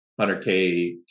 100K